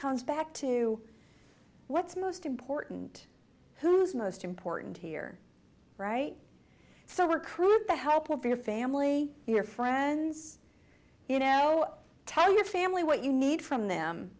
comes back to what's most important who's most important here right so we're crude the hope of your family your friends you know tell your family what you need from them